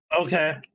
Okay